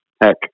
heck